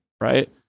Right